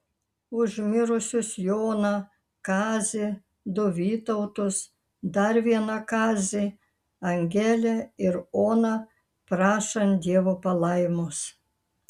už mirusius joną kazį du vytautus dar vieną kazį angelę ir oną prašant dievo palaimos